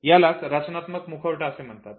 यालाच रचनात्मक मुखवटा असे म्हणतात